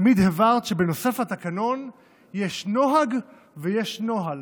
תמיד הבהרת שנוסף לתקנון יש נוהג ויש נוהל,